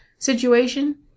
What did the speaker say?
situation